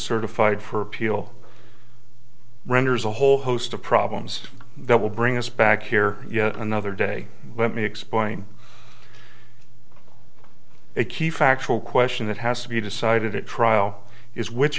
certified for appeal renders a whole host of problems that will bring us back here yet another day let me explain a key factual question that has to be decided at trial is which